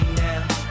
now